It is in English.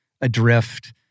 adrift